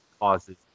causes